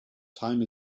time